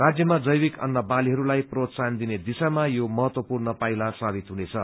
राज्यमा जैविक अन्र बालीहरूलाई प्रोत्साहन दिने दिशामा यो महत्पूवर्ण पाइला सावित हुनेछ